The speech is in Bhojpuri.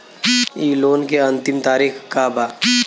इ लोन के अन्तिम तारीख का बा?